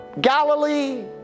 Galilee